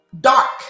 dark